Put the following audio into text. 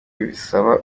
bisaba